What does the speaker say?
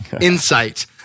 insight